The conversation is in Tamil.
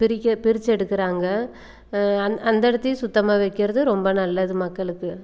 பிரிக்க பிரித்து எடுக்கிறாங்க அந் அந்த இடத்தையும் சுத்தமாக வைக்கிறது ரொம்ப நல்லது மக்களுக்கு